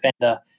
defender